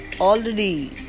already